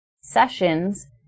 sessions